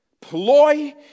ploy